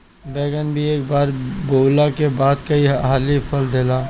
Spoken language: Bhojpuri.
बैगन भी एक बार बोअला के बाद कई हाली फल देला